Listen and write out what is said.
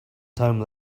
time